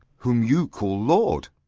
whom you call lord!